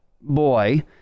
boy